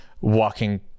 walking